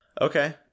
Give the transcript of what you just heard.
Okay